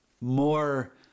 more